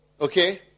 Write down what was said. Okay